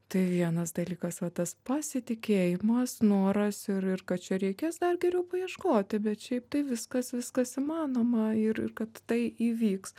tai vienas dalykas vat tas pasitikėjimas noras ir ir kad čia reikės dar geriau paieškoti bet šiaip tai viskas viskas įmanoma ir kad tai įvyks